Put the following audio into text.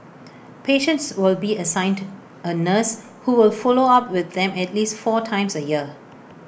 patients will be assigned A nurse who will follow up with them at least four times A year